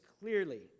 clearly